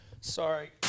Sorry